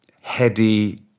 heady